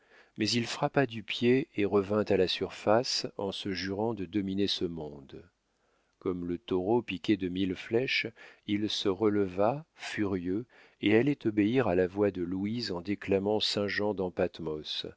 mais il frappa du pied et revint à la surface en se jurant de dominer ce monde comme le taureau piqué de mille flèches il se releva furieux et allait obéir à la voix de louise en déclamant